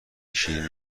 شیرین